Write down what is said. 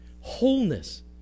wholeness